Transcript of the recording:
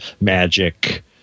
magic